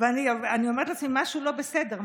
ואני אומרת לעצמי: משהו לא בסדר,